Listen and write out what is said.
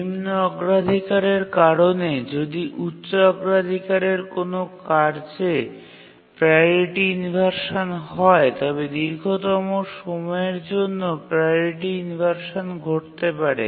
নিম্ন অগ্রাধিকারের কারণে যদি উচ্চ অগ্রাধিকারের কোনও কার্যে প্রাওরিটি ইনভারসান হয় তবে দীর্ঘতম সময়ের জন্যও প্রাওরিটি ইনভারসান ঘটতে পারে